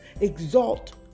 exalt